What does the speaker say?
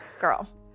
girl